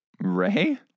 Ray